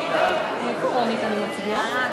מי בעד?